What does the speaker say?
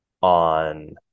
on